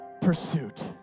pursuit